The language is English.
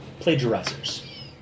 plagiarizers